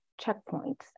checkpoints